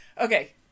Okay